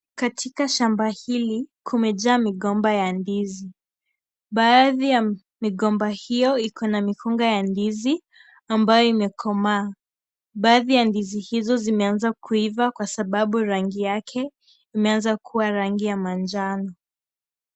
Katika shamba hili kumejaa migomba ya ndizi. Baadhi ya migomba hiyo iko na mikunga ya ndizi ambayo imekomaa. Baadhi ya ndizi hizo zimeanza kuiva kwa sababu rangi yake imeanza kuwa rangi ya manjano.